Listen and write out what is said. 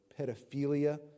pedophilia